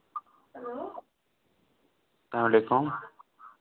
hello السلام علیکُم